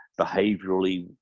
behaviorally